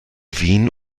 wien